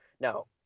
No